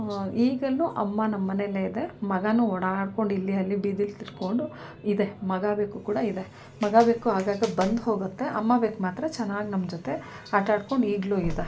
ಈಗಲೂ ಅಮ್ಮ ನಮ್ಮ ಮನೆಯಲ್ಲೇ ಇದೆ ಮಗನೂ ಓಡಾಡ್ಕೊಂಡು ಇಲ್ಲಿ ಅಲ್ಲಿ ಬೀದೀಲಿ ತಿರ್ಕೊಂಡು ಇದೆ ಮಗ ಬೆಕ್ಕು ಕೂಡ ಇದೆ ಮಗ ಬೆಕ್ಕು ಆಗಾಗ ಬಂದು ಹೋಗುತ್ತೆ ಅಮ್ಮ ಬೆಕ್ಕು ಮಾತ್ರ ಚೆನ್ನಾಗ್ ನಮ್ಮ ಜೊತೆ ಆಟಾಡ್ಕೊಂಡು ಈಗಲೂ ಇದೆ